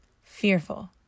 fearful